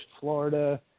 Florida